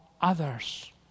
others